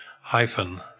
hyphen